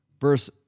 Verse